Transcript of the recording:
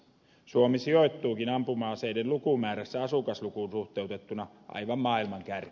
suomi sijoittuukin ampuma aseiden lukumäärässä asukaslukuun suhteutettuna aivan maailman kärkeen